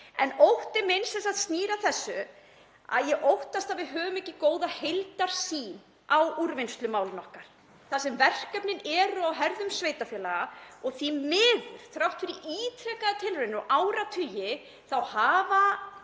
En ótti minn snýr að því að ég óttast að við höfum ekki góða heildarsýn á úrvinnslumálin okkar þar sem verkefnin eru á herðum sveitarfélaga og því miður, þrátt fyrir ítrekaðar tilraunir í áratugi, þá hafa